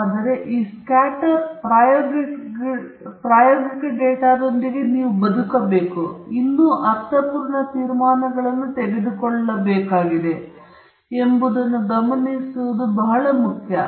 ಆದರೆ ಈ ಸ್ಕ್ಯಾಟರ್ ಪ್ರಾಯೋಗಿಕ ಡೇಟಾದೊಂದಿಗೆ ನೀವು ಬದುಕಬೇಕು ಮತ್ತು ಇನ್ನೂ ಅರ್ಥಪೂರ್ಣ ತೀರ್ಮಾನಗಳನ್ನು ತೆಗೆದುಕೊಳ್ಳಬೇಕಾಗಿದೆ ಎಂಬುದನ್ನು ಗಮನಿಸುವುದು ಬಹಳ ಮುಖ್ಯ